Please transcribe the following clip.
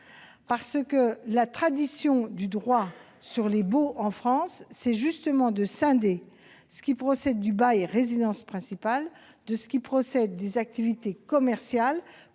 ? La tradition du droit sur les baux en France est justement de scinder ce qui relève d'une résidence principale de ce qui relève des activités commerciales.